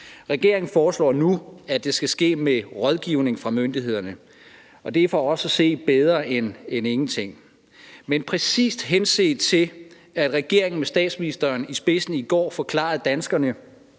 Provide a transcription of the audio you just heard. Regeringen foreslår nu, at det skal ske med rådgivning fra myndighederne, og det er for os at se bedre end ingenting. Men præcis henset til, at regeringen med statsministeren i spidsen i går forklarede danskerne,